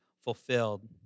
fulfilled